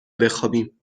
بخوابیم